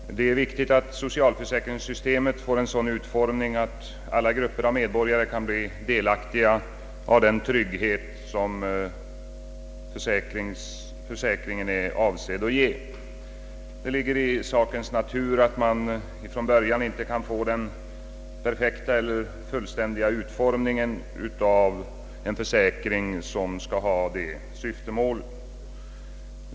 Herr talman! Det är viktigt att socialförsäkringssystemet får en sådan utformning att alla grupper av medborgare kan bli delaktiga av den trygghet som försäkringen är avsedd att ge. Det ligger i sakens natur, att man från början inte kunde få den perfekta eller fullständiga utformningen av en försäkring, som skulle ha det syftet.